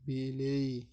ବିଲେଇ